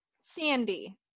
Sandy